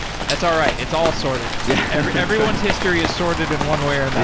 that's all right. it's all sorted. yeah everyone's history is sorted in one way or and